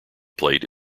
plate